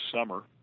summer